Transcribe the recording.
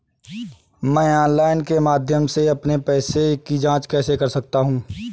मैं ऑनलाइन के माध्यम से अपने पैसे की जाँच कैसे कर सकता हूँ?